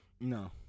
No